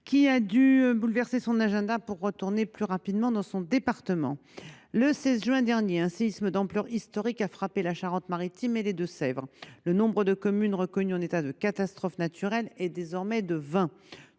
qui a dû bouleverser son agenda pour retourner plus rapidement dans son département. Le 16 juin dernier, un séisme d’ampleur historique a frappé la Charente Maritime et les Deux Sèvres. Le nombre de communes reconnues en état de catastrophe naturelle s’élève désormais à